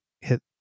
hit